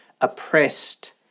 oppressed